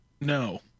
no